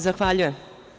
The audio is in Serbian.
Zahvaljujem.